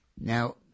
Now